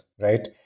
right